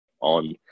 on